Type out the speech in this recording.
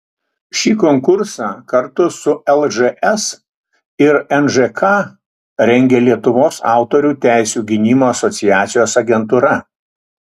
ši konkursą kartu su lžs ir nžka rengia lietuvos autorių teisių gynimo asociacijos agentūra